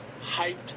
hyped